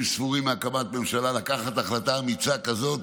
ספורים מהקמת ממשלה לקחת החלטה אמיצה כזאת,